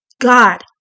God